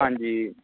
ਹਾਂਜੀ